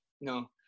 No